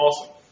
awesome